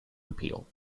appeal